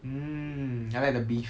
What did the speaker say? mm I like the beef